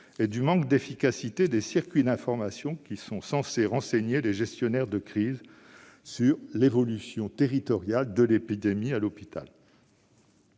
et du manque d'efficacité des circuits d'information censés renseigner les gestionnaires de crise sur l'évolution territoriale de l'épidémie à l'hôpital.